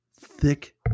thick